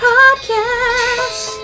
Podcast